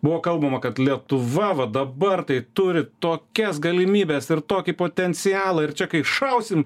buvo kalbama kad lietuva va dabar tai turi tokias galimybes ir tokį potencialą ir čia kai šausim